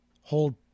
hold